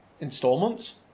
installments